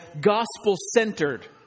gospel-centered